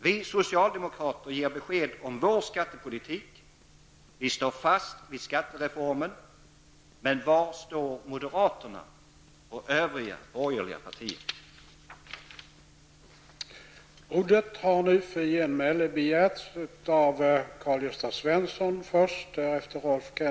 Vi socialdemokrater ger besked om vår skattepolitik. Vi står fast vid skattereformen. Men var står moderaterna och övriga borgerliga partier?